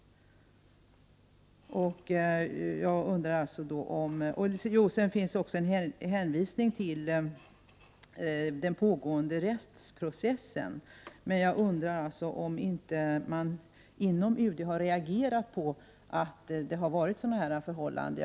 Det finns i svaret också en hänvisning till den pågående rättsprocessen. Jag undrar om man inom UD inte har reagerat på att det rått sådana här förhållanden.